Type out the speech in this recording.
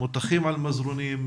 מוטחים על מזרונים,